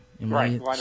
Right